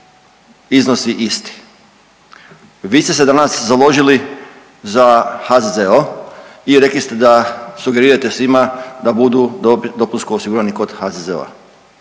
iznosi isti. Vi ste se danas založili za HZZO i rekli ste da sugerirate svima da budu dopunsko osigurani kod HZZO-a.